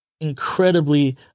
incredibly